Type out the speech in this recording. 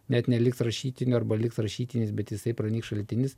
net neliks rašytinio arba liks rašytinis bet jisai pranyks šaltinis